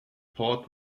port